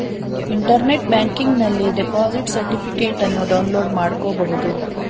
internet ಬ್ಯಾಂಕಿಂಗನಲ್ಲಿ deposit ಸರ್ಟಿಫಿಕೇಟನ್ನು download ಮಾಡ್ಕೋಬಹುದು